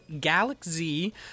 galaxy